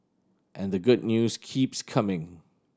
and the good news keeps coming